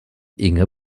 inge